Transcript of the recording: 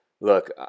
look